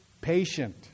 patient